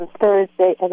Thursday